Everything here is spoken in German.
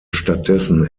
stattdessen